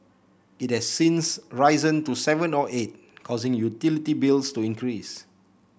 it has since risen to seven or eight causing utility bills to increase